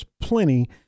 plenty